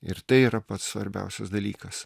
ir tai yra pats svarbiausias dalykas